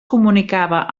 comunicava